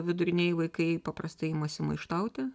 vidurinieji vaikai paprastai imasi maištauti